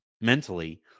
mentally